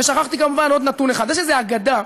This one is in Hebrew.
ושכחתי כמובן עוד נתון אחד: יש איזו אגדה,